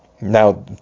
Now